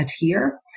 adhere